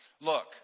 look